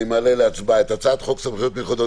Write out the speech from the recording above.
אני מעלה להצבעה את הצעת חוק סמכויות מיוחדות